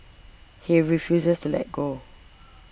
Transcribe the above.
he refuses to let go